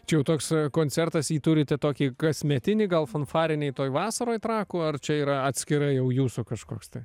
čia jau toks koncertas jį turite tokį kasmetinį gal fanfarinėj toj vasaroj trakų ar čia yra atskirai jau jūsų kažkoks tai